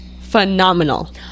phenomenal